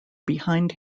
behind